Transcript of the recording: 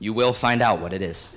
you will find out what it is